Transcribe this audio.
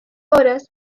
horas